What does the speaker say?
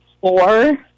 four